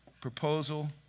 proposal